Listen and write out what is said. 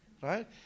right